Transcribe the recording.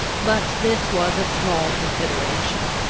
but this was a small consideration.